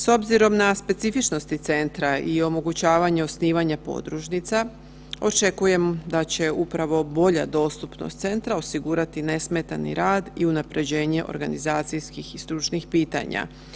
S obzirom na specifičnosti centra i omogućavanje osnivanja podružnica očekujem da će upravo bolja dostupnost centra osigurati nesmetani rad i unapređenje organizacijskih i stručnih pitanja.